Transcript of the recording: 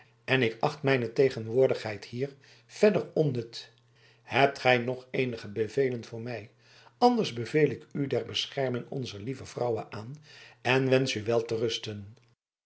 en ik acht mijne tegenwoordigheid hier verder onnut hebt gij nog eenige bevelen voor mij anders beveel ik u der bescherming onzer lieve vrouwe aan en wensch u